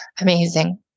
amazing